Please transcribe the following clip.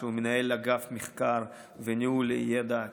שהוא מנהל אגף מחקר וניהול ידע,